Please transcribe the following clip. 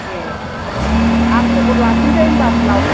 ए आं खबर लाफिननोसै होमबा उनाव